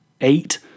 eight